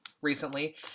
recently